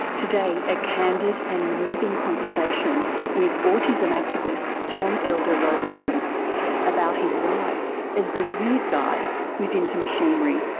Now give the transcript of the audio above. today a candid and moving conversation with autism activist john elder robison about his life as the weird guy who's into machinery.